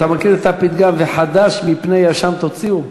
אתה מכיר את הפתגם: וחדש מפני ישן תוציאו?